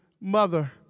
mother